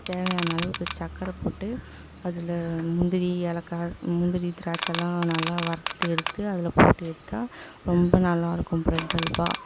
தேவையான அளவுக்கு சக்கரை போட்டு அதில் முந்திரி ஏலக்காய் முந்திரி திராட்சைல்லாம் நல்லா வறுத்து எடுத்து அதில் போட்டு எடுத்தால் ரொம்ப நல்லா இருக்கும் ப்ரெட் அல்வா